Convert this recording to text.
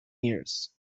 years